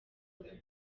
avuga